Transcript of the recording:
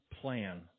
plan